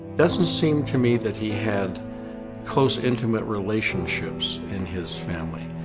does not seem to me that he had close intimate relationships in his family.